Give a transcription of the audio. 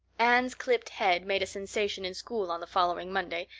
anne's clipped head made a sensation in school on the following monday,